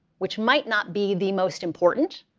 which might not be the most important.